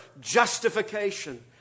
justification